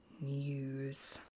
news